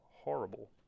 horrible